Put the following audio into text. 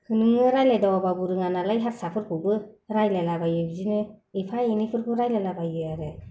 होनो रायलायदावाबाबो रोङानालाय रायलायलाबायो बिदिनो एफा एनैफोरखौ रायलायलाबायो आरो